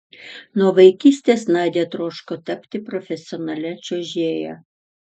nuo vaikystės nadia troško tapti profesionalia čiuožėja